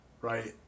right